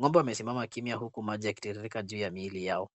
ng'ombe wamesimama kimya huku maji yakitiririka juu ya miili yao.